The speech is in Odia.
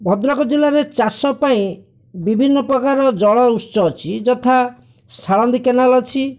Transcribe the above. ଭଦ୍ରକ ଜିଲ୍ଲାରେ ଚାଷ ପାଇଁ ବିଭିନ୍ନ ପ୍ରକାର ଜଳ ଉତ୍ସ ଅଛି ଯଥା ଶାଳନ୍ଦୀ କେନାଲ ଅଛି